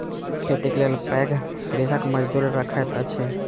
खेतीक लेल पैघ कृषक मजदूर रखैत अछि